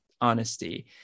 honesty